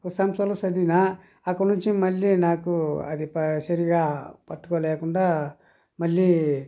ఒక సంవత్సరంలో చదివిన అక్కడి నుంచి మళ్లీ నాకు అది సరిగా పట్టుకోలేకుండా మళ్ళీ